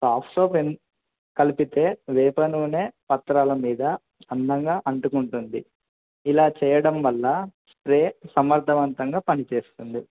soft soap ఎ కలిపితే రేప నూనె పత్రాల మీద అందంగా అంటుకుంటుంది ఇలా చేయడం వల్ల స్ప్రే సమర్థవంతంగా పనిచేస్తుంది